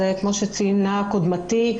כמו שציינה קודמתי,